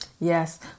Yes